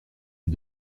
est